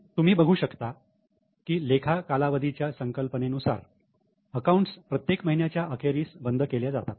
तुम्ही बघू शकता की लेखा कालावधी च्या संकल्पने नुसार अकाऊंट्स प्रत्येक महिन्याच्या अखेरीस बंद केल्या जातात